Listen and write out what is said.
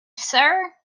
sir